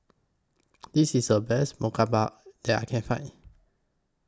This IS The Best that I Can Find